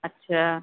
अच्छा